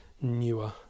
newer